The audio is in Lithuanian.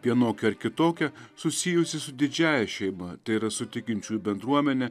vienokia ar kitokia susijusi su didžiąja šeima tai yra su tikinčiųjų bendruomene